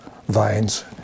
vines